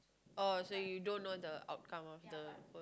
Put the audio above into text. oh so you don't know the outcome of the